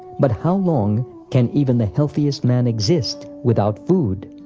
but how long can even the healthiest man exist without food?